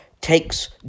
takes